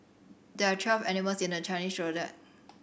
there are twelve animals in the Chinese Zodiac